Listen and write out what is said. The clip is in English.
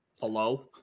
hello